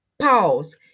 pause